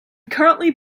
currently